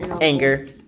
Anger